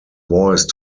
voice